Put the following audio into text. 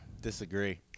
disagree